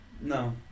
no